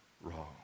wrong